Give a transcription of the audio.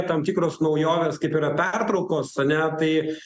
tam tikros naujovės kaip yra pertraukos ane tai